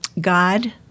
God